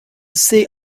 siege